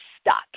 stuck